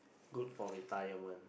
good for retirement